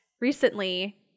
recently